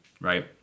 right